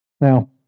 Now